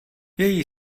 její